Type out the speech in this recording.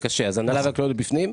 אז הנהלה וכלליות זה בפנים?